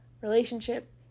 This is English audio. relationship